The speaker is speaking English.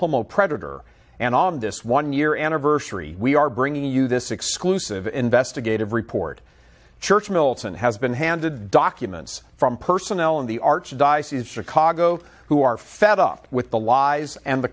homo predator and on this one year anniversary we are bringing you this exclusive investigative report church milton has been handed documents from personnel in the archdiocese of chicago who are fed up with the lies and the